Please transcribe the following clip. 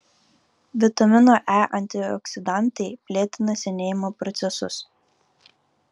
vitamino e antioksidantai lėtina senėjimo procesus